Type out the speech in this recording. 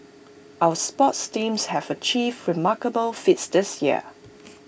our sports teams have achieved remarkable feats this year